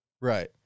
Right